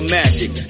magic